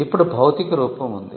ఇప్పుడు భౌతిక రూపం ఉంది